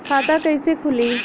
खाता कइसे खुली?